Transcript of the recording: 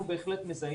אנחנו בהחלט מזהים